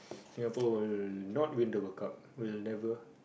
Singapore will not win the World Cup will never